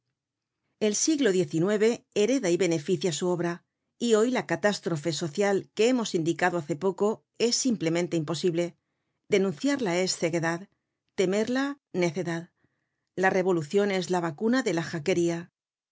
el siglo xix hereda y beneficia su obra y hoy la catástrofe social que hemos indicado hace poco es simplemente imposible denunciarla es ceguedad temerla necedad la revolucion es la vacuna de la